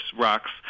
rocks